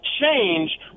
change